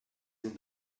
ihn